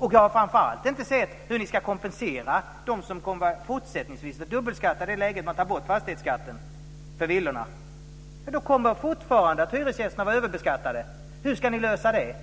Jag har framför allt inte sett hur ni ska kompensera dem som fortsättningsvis kommer att vara dubbelbeskattade i det läge då man tar bort fastighetsskatten för villorna. Då kommer hyresgästerna fortfarande att vara överbeskattade. Hur ska ni lösa det?